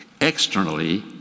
externally